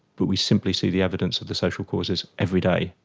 but we simply see the evidence of the social causes every day.